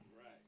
Right